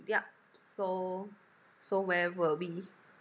yup so so where were we